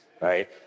right